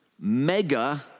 mega